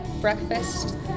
Breakfast